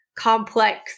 complex